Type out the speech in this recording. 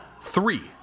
three